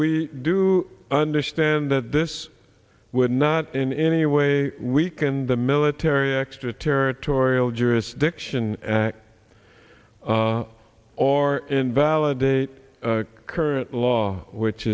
we do understand that this would not in any way weaken the military extraterritorial jurisdiction act or invalidate current law which